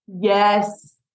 Yes